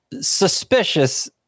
suspicious